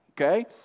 okay